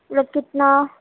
مطلب کتنا